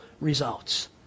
results